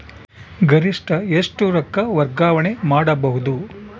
ಗರಿಷ್ಠ ಎಷ್ಟು ರೊಕ್ಕ ವರ್ಗಾವಣೆ ಮಾಡಬಹುದು?